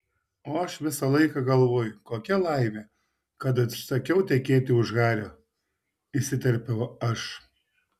o aš visą laiką galvoju kokia laimė kad atsisakiau tekėti už hario įsiterpiau aš